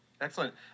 Excellent